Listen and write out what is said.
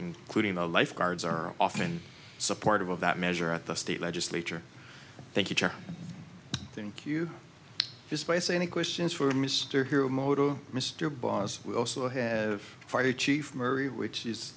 including the lifeguards are often supportive of that measure at the state legislature thank you jack i think you just place any questions for mr hero moto mr boss we also have fire chief murray which is